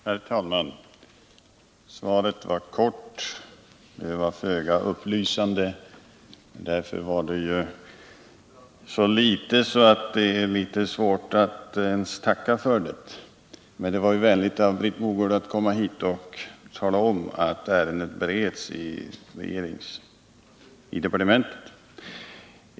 Herr talman! Svaret var kort och föga upplysande. Det gav så litet att det är en aning svårt att ens tacka för det. Men det var ju vänligt av Britt Mogård att komma hit och tala om att ärendet bereds i departementet.